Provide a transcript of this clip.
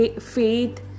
faith